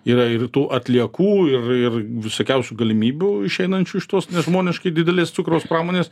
yra ir tų atliekų ir ir visokiausių galimybių išeinančių iš tos nežmoniškai didelės cukraus pramonės